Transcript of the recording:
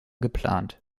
geplant